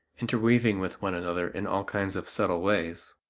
interweaving with one another in all kinds of subtle ways.